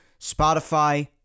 Spotify